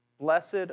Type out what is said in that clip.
Blessed